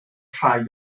rhai